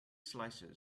slices